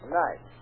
nice